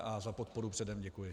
A za podporu předem děkuji.